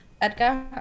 Edgar